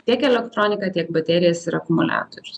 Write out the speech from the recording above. tiek elektroniką tiek baterijas ir akumuliatorius